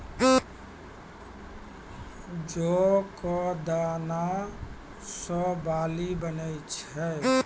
जौ कॅ दाना सॅ बार्ली बनै छै